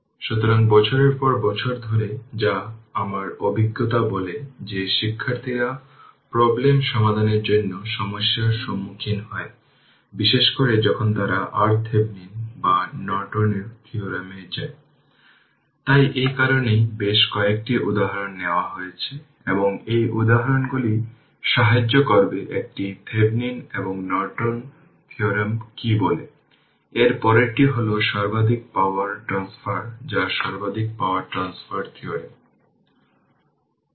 সুতরাং তাই একই রকমভাবে এই জিনিসটির জন্য এই ইকুয়েশনটি লিখছি যে 3 i2 VThevenin 12 i2 i1 এই ক্ষেত্রে কী কল করা হয়েছে যেভাবে চলে গেছে দেখতে বিপরীত দিকে এই ইকুয়েশনটি এতে লেখা আছে ঘড়ির কাঁটার দিকে কী কল করুন তার মানে যদি শুধু চিহ্নটি পরিবর্তন করুন যা বলা হবে 3 i2 হবে এটি 12 i1 i2 0 হবে